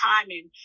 timing